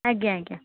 ଆଜ୍ଞାଆଜ୍ଞା